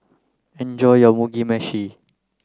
enjoy your Mugi meshi